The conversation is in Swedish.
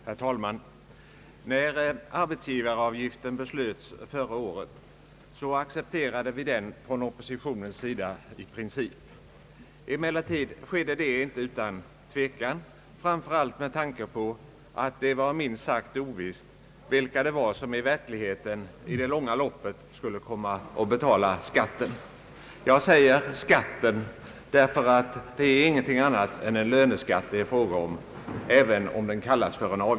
Herr talman! När beslut fattades om arbetsgivaravgiften förra året accepterade vi den i princip från oppositionens sida. Emellertid skedde detta inte utan tvekan, framför allt med tanke på att det var minst sagt ovisst vilka som i verkligheten skulle komma att få betala skatten i det långa loppet. Jag säger skatten, därför att det inte är fråga om någonting annat än en löneskatt, även om den kallas avgift.